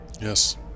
Yes